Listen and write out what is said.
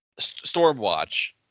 Stormwatch